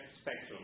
spectrum